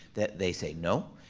that they say no.